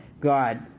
God